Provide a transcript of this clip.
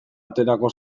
aterako